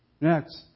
Next